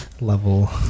level